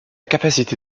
capacité